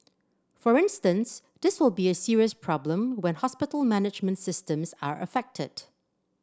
for instance this will be a serious problem when hospital management systems are affected